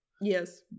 Yes